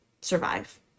survive